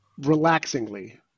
relaxingly